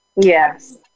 Yes